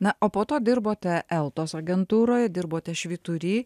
na o po to dirbote eltos agentūroj dirbote švytury